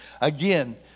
Again